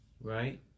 Right